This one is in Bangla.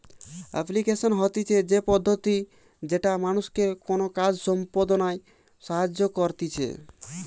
এপ্লিকেশন হতিছে সে পদ্ধতি যেটা মানুষকে কোনো কাজ সম্পদনায় সাহায্য করতিছে